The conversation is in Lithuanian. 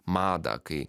madą kai